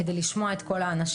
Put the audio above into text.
כדי לשמוע את כל האנשים.